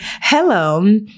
hello